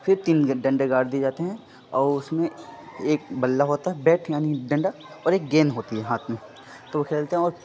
پھر تین ڈنڈے گاڑ دیے جاتے ہیں اور اس میں ایک بلا ہوتا ہے بیٹ یعنی ڈنڈا اور ایک گیند ہوتی ہے ہاتھ میں تو وہ کھیلتے ہیں اور